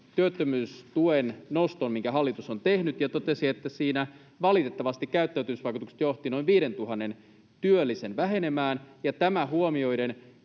työttömyystuen noston, minkä hallitus on tehnyt, ja totesi, että siinä valitettavasti käyttäytymisvaikutukset johtivat noin 5 000 työllisen vähenemään, ja tämä huomioiden